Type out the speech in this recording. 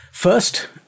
First